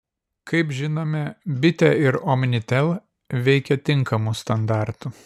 kaip žinome bitė ir omnitel veikia tinkamu standartu